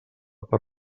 per